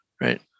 right